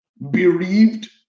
bereaved